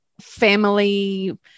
family